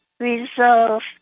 resolve